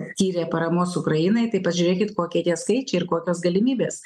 skyrė paramos ukrainai tai pažiūrėkit kokie tie skaičiai ir kokios galimybės